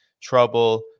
trouble